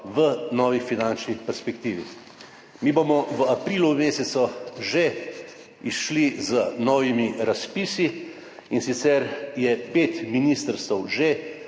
v novi finančni perspektivi. Mi bomo v mesecu aprilu že izšli z novimi razpisi, in sicer je pet ministrstev že